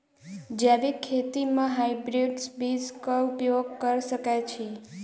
जैविक खेती म हायब्रिडस बीज कऽ उपयोग कऽ सकैय छी?